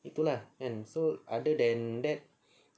itu lah kan so other than that